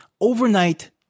overnight